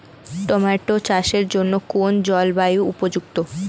Tomato চাষের জন্য কোন জলবায়ু উপযুক্ত?